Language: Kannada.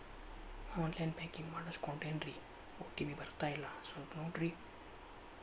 ಆನ್ ಲೈನ್ ಬ್ಯಾಂಕಿಂಗ್ ಮಾಡಿಸ್ಕೊಂಡೇನ್ರಿ ಓ.ಟಿ.ಪಿ ಬರ್ತಾಯಿಲ್ಲ ಸ್ವಲ್ಪ ನೋಡ್ರಿ